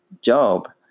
job